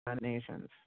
Nations